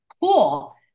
Cool